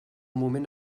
moment